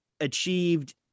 achieved